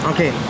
Okay